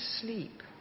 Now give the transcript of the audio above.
sleep